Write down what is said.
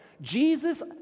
Jesus